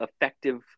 effective